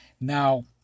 now